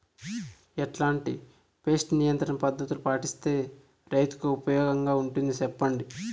ఎట్లాంటి పెస్ట్ నియంత్రణ పద్ధతులు పాటిస్తే, రైతుకు ఉపయోగంగా ఉంటుంది సెప్పండి?